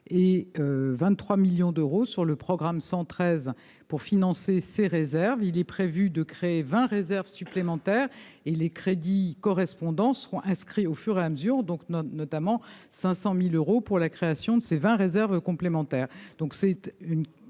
et 23 millions d'euros sur le programme 113 pour financer ces réserves, il est prévu de créer 20 réserves supplémentaires et les crédits correspondants seront inscrits au fur et à mesure, donc notamment 500000 euros pour la création de ces vins réserve complémentaire,